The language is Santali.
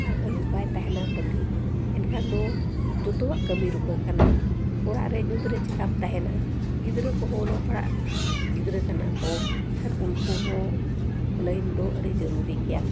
ᱟᱨ ᱟᱹᱭᱩᱵ ᱵᱟᱭ ᱛᱟᱦᱮᱱᱟ ᱯᱟᱹᱛᱤ ᱮᱱᱠᱷᱟᱱ ᱫᱚ ᱡᱷᱚᱛᱚᱣᱟᱜ ᱠᱟᱹᱢᱤ ᱨᱩᱠᱟᱹᱜ ᱠᱟᱱᱟ ᱚᱲᱟᱜ ᱨᱮ ᱧᱩᱛᱨᱮ ᱪᱤᱠᱟᱹᱢ ᱛᱟᱦᱮᱱᱟ ᱜᱤᱫᱽᱨᱟᱹ ᱠᱚᱦᱚᱸ ᱚᱞᱚᱜ ᱯᱟᱲᱦᱟᱜ ᱜᱤᱫᱽᱨᱟᱹ ᱠᱟᱱᱟ ᱠᱚ ᱮᱱᱠᱷᱟᱱ ᱩᱱᱠᱩ ᱦᱚᱸ ᱞᱟᱭᱤᱱ ᱫᱚ ᱟᱹᱰᱤ ᱡᱚᱨᱩᱨᱤ ᱜᱮᱭᱟ